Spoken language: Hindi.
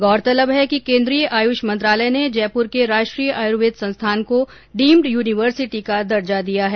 गौरतलब है कि केन्द्रीय आयुष मंत्रालय ने जयपुर के राष्ट्रीय आयुर्वेद संस्थान को डीम्ड यूनिवर्सिटी का दर्जा दिया है